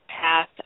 path